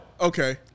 Okay